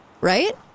Right